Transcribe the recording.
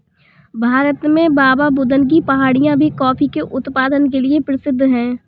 भारत में बाबाबुदन की पहाड़ियां भी कॉफी के उत्पादन के लिए प्रसिद्ध है